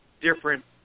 different